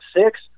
six